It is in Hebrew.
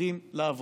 צעירים לעבודה.